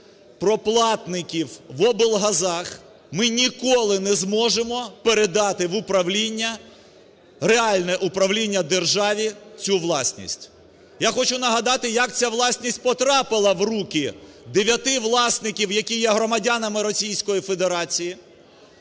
про платників в облгазах ми ніколи не зможемо передати в управління, реальне управління державі цю власність. Я хочу нагадати як ця власність потрапила в руки дев'яти власників, які є громадянами Російської Федерації.